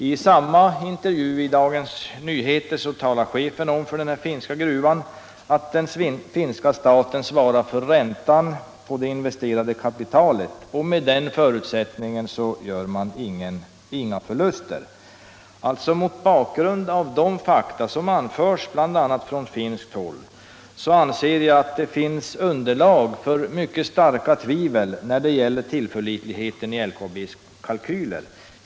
I samma intervju i Dagens Nyheter talar chefen för gruvan om att finska staten svarar för räntan på det investerade kapitalet — och med den förutsättningen gör man inga förluster. Mot bakgrund av de fakta som anförs bl.a. från finskt håll anser jag att det finns underlag för mycket starka tvivel när det gäller tillförlitligheten i LKAB:s kalkyler.